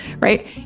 Right